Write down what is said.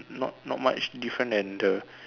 not not much different than the